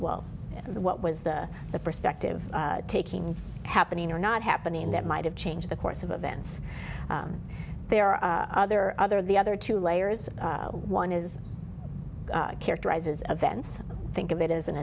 well what was the the perspective taking happening or not happening that might have changed the course of events there are other other the other two layers one is characterize as of vents think of it as an